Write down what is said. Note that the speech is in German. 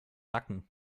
nacken